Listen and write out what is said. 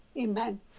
Amen